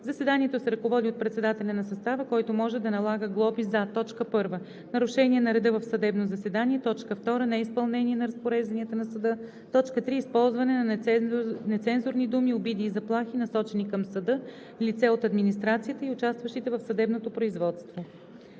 Заседанието се ръководи от председателя на състава, който може да налага глоби за: 1. нарушение на реда в съдебно заседание; 2. неизпълнение на разпорежданията на съда; 3. използване на нецензурни думи, обиди и заплахи, насочени към съда, лице от администрацията и участващите в съдебното производство.“